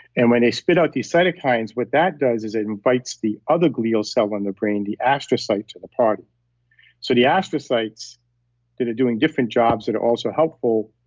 and when they spit out these cytokines, what that does is it invites the other glial cell in the brain the astrocytes, to the party. so the astrocytes that are doing different jobs that are also helpful,